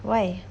why